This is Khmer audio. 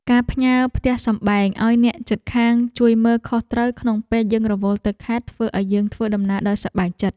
ការផ្ញើផ្ទះសម្បែងឱ្យអ្នកជិតខាងជួយមើលខុសត្រូវក្នុងពេលយើងរវល់ទៅខេត្តធ្វើឱ្យយើងធ្វើដំណើរដោយសប្បាយចិត្ត។